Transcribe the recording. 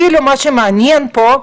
מה שמעניין פה,